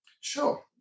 Sure